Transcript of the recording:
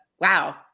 wow